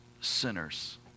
sinners